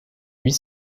huit